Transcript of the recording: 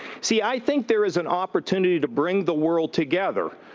see, i think there is an opportunity to bring the world together.